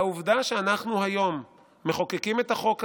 והעובדה שאנחנו היום מחוקקים את החוק הזה,